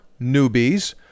newbies